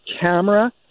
camera